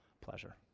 pleasure